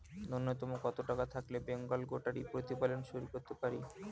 নূন্যতম কত টাকা থাকলে বেঙ্গল গোটারি প্রতিপালন শুরু করতে পারি?